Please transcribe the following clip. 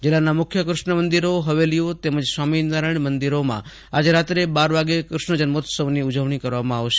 જિલ્લામાં મુખ્ય ક્રષ્ણ મંદિરો હવેલીયો તેમજ સ્વામી નારાયણ મંદિરોમાં આજે રાત્રે બાર વાગ્યે કૃષ્ણ જન્મોત્સવની ઉજવણી કરવામાં આવશે